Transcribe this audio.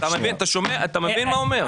אתה מבין מה הוא אומר?